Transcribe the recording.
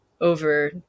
over